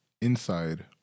inside